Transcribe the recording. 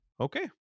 okay